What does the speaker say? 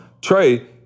Trey